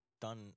done